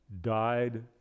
died